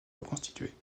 reconstituée